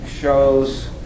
shows